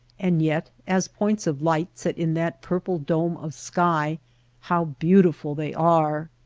and yet as points of light set in that purple dome of sky how beautiful they are!